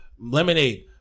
Lemonade